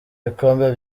ibikombe